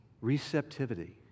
receptivity